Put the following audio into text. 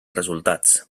resultats